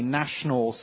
national